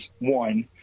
One